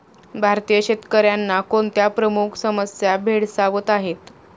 भारतीय शेतकऱ्यांना कोणत्या प्रमुख समस्या भेडसावत आहेत?